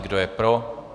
Kdo je pro?